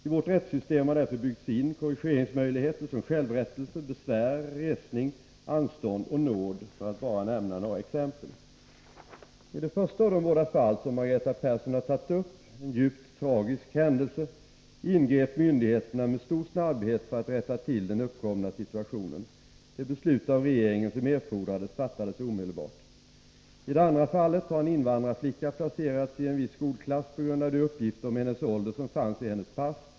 I vårt rättssystem har därför byggts in korrigeringsmöjligheter som självrättelse, besvär, resning, anstånd och nåd, för att bara nämna några exempel. I det första av de båda fall som Margareta Persson har tagit upp — en djupt tragisk händelse — ingrep myndigheterna med stor snabbhet för att rätta till den uppkomna situationen. Det beslut av regeringen som erfordrades fattades omedelbart. I det andra fallet har en invandrarflicka placerats i en viss skolklass på grund av de uppgifter om hennes ålder som fanns i hennes pass.